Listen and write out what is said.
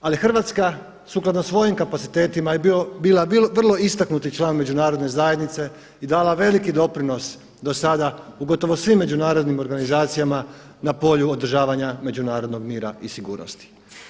Ali Hrvatska sukladno svojim kapacitetima je bila vrlo istaknuti član međunarodne zajednice i dala veliki doprinos dosada u gotovo svim međunarodnim organizacijama na polju održavanja međunarodnog mira i sigurnosti.